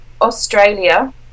Australia